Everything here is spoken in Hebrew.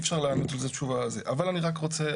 אבל אני רק רוצה,